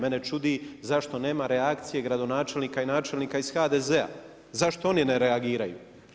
Mene čudi zašto nema reakcije gradonačelnika i načelnika iz HDZ-a, zašto oni ne reagiraju?